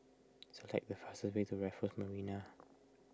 select the fastest way to Raffles Marina